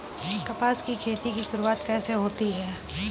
कपास की खेती की शुरुआत कौन से महीने से होती है?